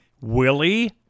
Willie